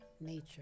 nature